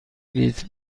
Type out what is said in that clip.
لیتر